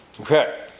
Okay